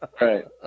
Right